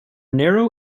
narrow